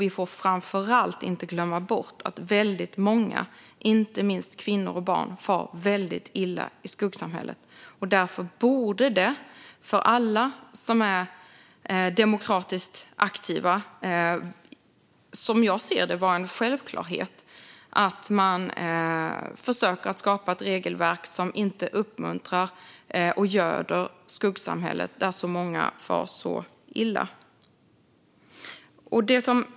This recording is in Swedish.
Vi får framför allt inte glömma bort att många, inte minst kvinnor och barn, far väldigt illa i skuggsamhället. Därför borde det, för alla som är demokratiskt aktiva, som jag ser det vara en självklarhet att försöka skapa ett regelverk som inte uppmuntrar och göder skuggsamhället, där så många far så illa.